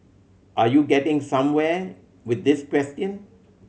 are you getting somewhere with this question